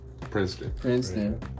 Princeton